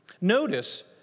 notice